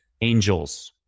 angels